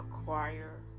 acquire